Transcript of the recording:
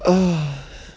ugh